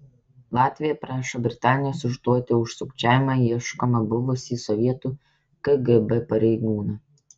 latvija prašo britanijos išduoti už sukčiavimą ieškomą buvusį sovietų kgb pareigūną